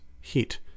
heat